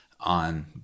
on